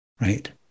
right